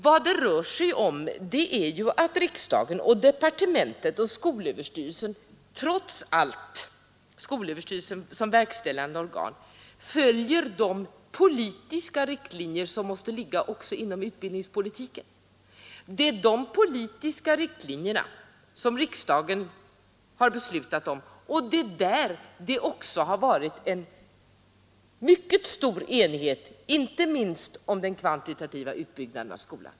Vad det rör sig om är att departementet och skolöverstyrelsen såsom verkställande organ trots allt följer de politiska riktlinjer som måste finnas inom utbildningspolitiken. Det är de politiska riktlinjerna som riksdagen har beslutat om, och därvidlag har det rått en mycket stor enighet om den kvantitativa utbyggnaden av skolan.